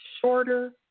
shorter